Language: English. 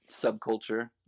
subculture